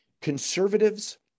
conservatives